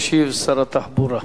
ישיב שר התחבורה.